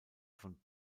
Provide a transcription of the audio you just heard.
von